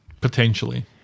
Potentially